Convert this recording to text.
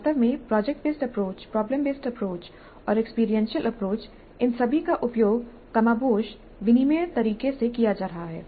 वास्तव में project based approach problem based approach और एक्सपीरियंशियल अप्रोच इन सभी का उपयोग कमोबेश विनिमेय तरीके से किया जा रहा है